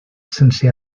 sense